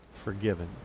forgiven